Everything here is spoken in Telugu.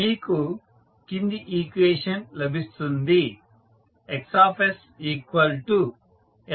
మీకు కింది ఈక్వేషన్ లభిస్తుంది